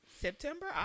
September